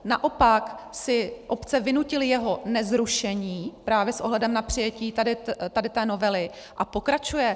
Naopak si obce vynutily jeho nezrušení právě s ohledem na přijetí tady té novely a pokračuje.